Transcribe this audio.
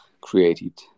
created